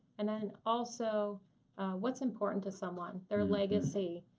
and then also what's important to someone, their legacy,